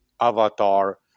avatar